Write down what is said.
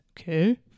Okay